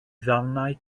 ddarnau